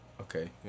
Okay